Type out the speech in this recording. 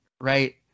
Right